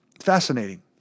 Fascinating